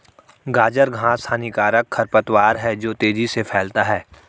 गाजर घास हानिकारक खरपतवार है जो तेजी से फैलता है